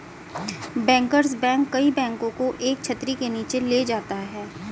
bankers bank कई बैंकों को एक छतरी के नीचे ले जाता है